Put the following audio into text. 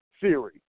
theory